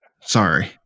Sorry